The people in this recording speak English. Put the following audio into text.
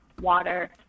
water